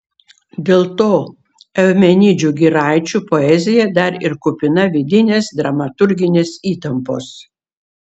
dėl to eumenidžių giraičių poezija dar ir kupina vidinės dramaturginės įtampos